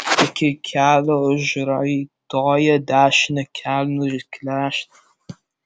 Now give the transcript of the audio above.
iki kelio užraitoja dešinę kelnių klešnę